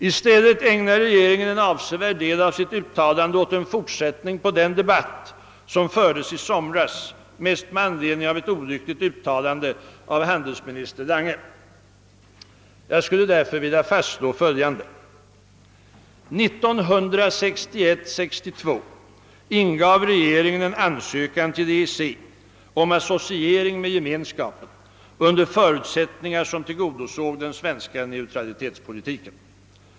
I stället ägnar regeringen en stor del av sitt uttalande åt en fortsättning på den debatt som fördes i somras med anledning av ett olyckligt uttalande av handelsminister Lange. Jag skulle därför vilja fastslå följande. 1961—1962 ingav regeringen en ansökan till EEC om associering med Gemenskapen under förutsättningar som tillgodosåg den svenska neutralitetspolitiken.